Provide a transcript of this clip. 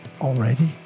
already